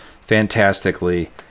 fantastically